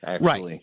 Right